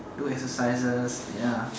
do exercises ya